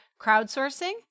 crowdsourcing